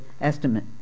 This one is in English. estimate